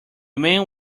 man